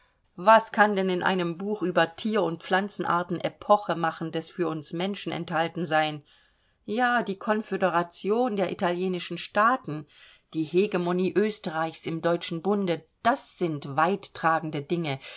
was kann denn in einem buch über thier und pflanzenarten epochemachendes für uns menschen enthalten sein ja die konföderation der italienischen staaten die hegemonie österreichs im deutschen bunde das sind weittragende dinge